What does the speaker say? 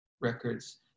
records